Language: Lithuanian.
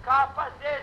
ką pasėsi